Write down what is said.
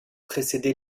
précédé